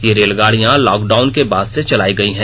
ये रेलगाड़ियां लॉकडाउन के बाद से चलाई गई हैं